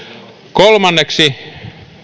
kolmanneksi